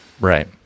right